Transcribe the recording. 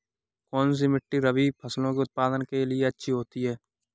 कौनसी मिट्टी रबी फसलों के उत्पादन के लिए अच्छी होती है?